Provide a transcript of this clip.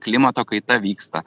klimato kaita vyksta